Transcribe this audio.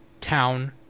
town